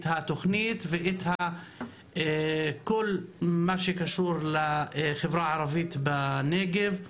התוכנית ואת כל מה שקשור לחברה הערבית בנגב.